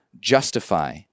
justify